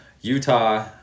Utah